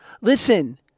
Listen